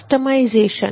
customisation